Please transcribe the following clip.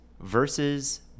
versus